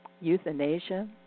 euthanasia